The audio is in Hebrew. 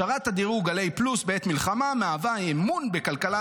השארת הדירוג על A+ בעת מלחמה מהווה אמון בכלכלה